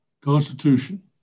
constitution